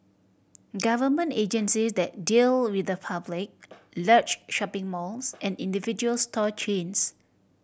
government agencies that deal with the public large shopping malls and individual store chains